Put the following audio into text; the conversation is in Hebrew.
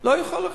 לא יכול להחליט,